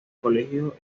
colegio